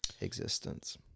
existence